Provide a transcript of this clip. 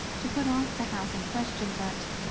to put off the housing question but,